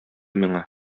миңа